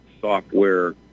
software